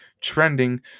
trending